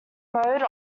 mode